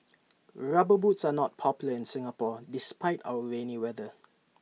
rubber boots are not popular in Singapore despite our rainy weather